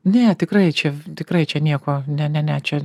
ne tikrai čia tikrai čia nieko ne ne ne čia